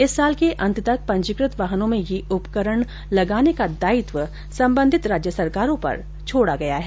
इस साल के अंत तक पंजीकृत वाहनों में यह उपकरण लगाने का दायित्व संबंधित राज्य सरकारों पर छोड़ा गया है